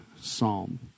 Psalm